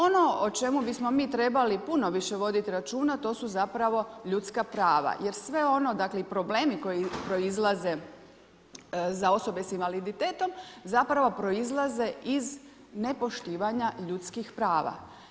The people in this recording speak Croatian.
Ono o čemu bismo mi trebali puno više voditi računa, to su zapravo ljudska prava, jer sve ono, problemi koji proizlaze za osobe s invaliditetom, zapravo proizlaze iz nepoštivanje ljudskih prava.